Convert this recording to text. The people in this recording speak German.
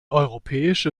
europäische